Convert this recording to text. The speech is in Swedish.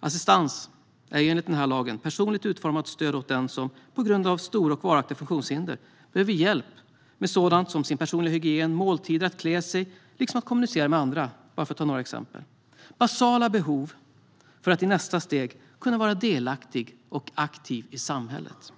Assistans är enligt lagen personligt utformat stöd åt den som på grund av stora och varaktiga funktionshinder behöver hjälp med sådant som exempelvis sin personliga hygien, måltider, att klä sig och att kommunicera med andra. Det handlar om basala behov så att man i nästa steg kan vara delaktig och aktiv i samhället.